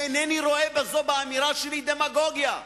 ואינני רואה באמירה שלי דמגוגיה.